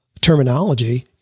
terminology